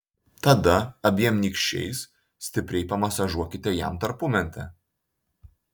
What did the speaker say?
tada abiem nykščiais stipriai pamasažuokite jam tarpumentę